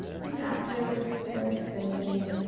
and after your extension,